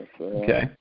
Okay